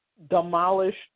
Demolished